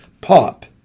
pop